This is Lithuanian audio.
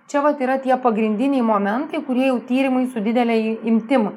čia vat yra tie pagrindiniai momentai kurie jau tyrimai su didelei i imtim